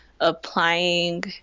applying